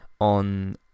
on